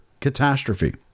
catastrophe